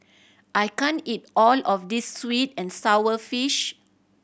I can't eat all of this sweet and sour fish